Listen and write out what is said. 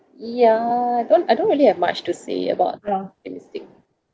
ya I don't I don't really have much to say about this thing